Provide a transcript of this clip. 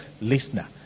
listener